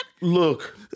Look